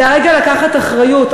זה הרגע לקחת אחריות,